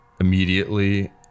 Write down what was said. immediately